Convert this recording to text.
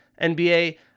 NBA